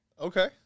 Okay